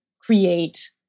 create